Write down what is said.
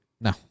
No